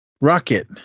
Rocket